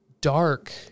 dark